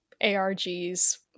ARGs